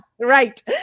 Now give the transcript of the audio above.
right